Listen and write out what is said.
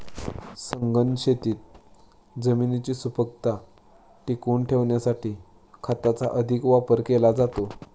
सघन शेतीत जमिनीची सुपीकता टिकवून ठेवण्यासाठी खताचा अधिक वापर केला जातो